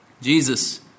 Jesus